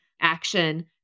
action